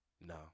No